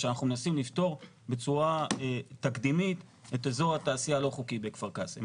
אנחנו מנסים לפתור בצורה תקדימית את אזור התעשיה הלא חוקי בכפר קאסם.